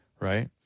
Right